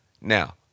Now